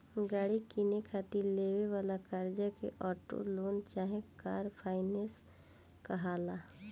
गाड़ी किने खातिर लेवे वाला कर्जा के ऑटो लोन चाहे कार फाइनेंस कहाला